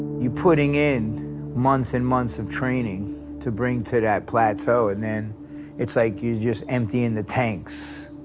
you're putting in months and months of training to bring to that plateau and then it's like you're just emptying the tanks,